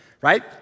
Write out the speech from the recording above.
right